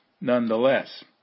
nonetheless